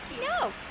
no